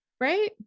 Right